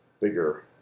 bigger